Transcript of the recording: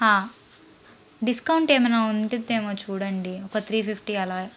discount ఏమన్నా ఉందేమో చూడండి ఒక త్రీ ఫిఫ్టీ అలా